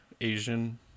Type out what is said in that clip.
Asian